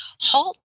halt